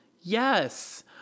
Yes